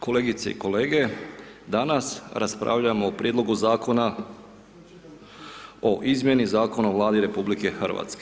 Kolegice i kolege, danas raspravljamo o prijedlogu Zakona o izmjeni Zakona o Vladi RH.